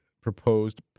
proposed